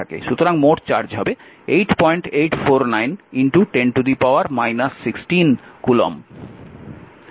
সুতরাং মোট চার্জ হবে 8849 10 16 কুলম্ব